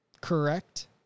correct